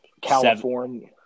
California